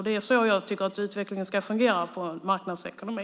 Det är så jag tycker att utvecklingen ska fungera i en marknadsekonomi.